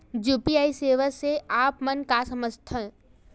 UPI सेवा से आप मन का समझ थान?